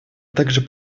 также